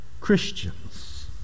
Christians